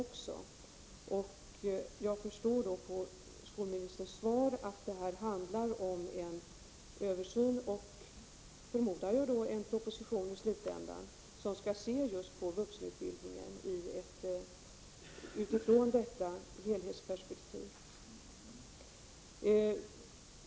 Av skolministerns svar att döma handlar det om en översyn och i slutändan om, förmodar jag, en proposition där man från dessa utgångspunkter beaktar vuxenutbildningen i ett helhetsperspektiv.